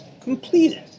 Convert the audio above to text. completed